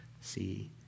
see